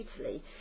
Italy